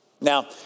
Now